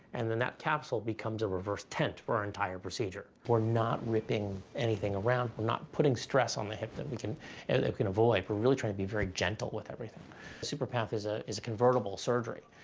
and then that capsule becomes a reverse tent for our entire procedure. we're not ripping anything around. we're not putting stress on the hip that we can and can avoid. we're really trying to be very gentle with everything. the superpath is ah is a convertible surgery.